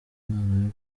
umwana